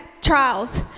trials